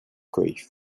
grief